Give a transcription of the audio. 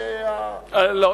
לא,